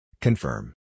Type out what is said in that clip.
Confirm